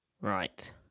Right